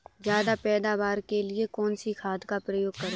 ज्यादा पैदावार के लिए कौन सी खाद का प्रयोग करें?